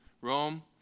Rome